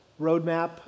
roadmap